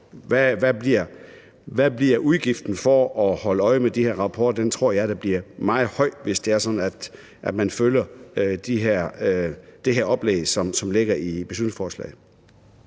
Hvad bliver udgiften til at holde øje med de her rapporter? Den tror jeg da bliver meget høj, hvis det er sådan, at man følger det her oplæg, som ligger i beslutningsforslaget.